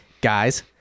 guys